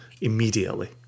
immediately